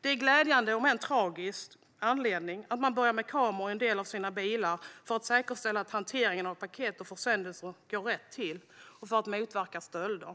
Det är glädjande, om än tragiskt, att man har börjat använda kameror i en del av bilarna för att säkerställa att hanteringen av paket och försändelser går rätt till och för att motverka stölder.